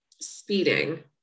speeding